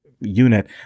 Unit